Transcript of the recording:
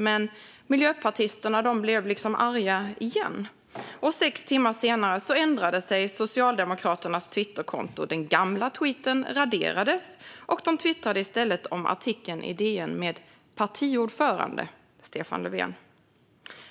Men miljöpartisterna blev liksom arga igen. Och sex timmar senare ändrade sig Socialdemokraterna på Twitterkontot. Den gamla tweeten raderades, och de twittrade i stället om artikeln i DN med partiordförande Stefan Löfven.